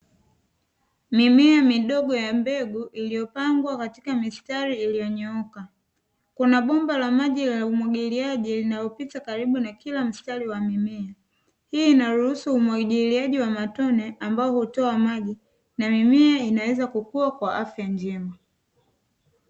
Mimea midogo ya mbegu iliyopangwa katika mistari iliyonyooka kunabomba la maji la umwagiliaji linalopita karibu na kila mstari wa mimea, hii inaruhusu umwagiliaji wa matone ambao hutoa maji na mimea hukua kwa afya njema.